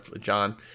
John